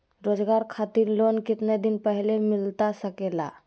रोजगार खातिर लोन कितने दिन पहले मिलता सके ला?